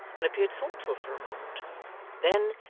and appeared thoughtful for a moment then,